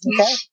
Okay